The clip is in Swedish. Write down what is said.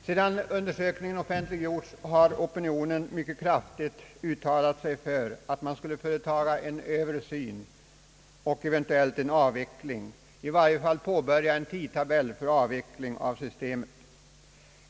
Sedan undersökningen offentliggjordes har opinionen mycket kraftigt uttalat sig för en översyn och eventuellt en avveckling; i varje fall borde en tidtabell för systemets avveckling läggas upp.